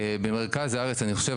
במרכז הארץ אני חושב,